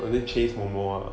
always chase momo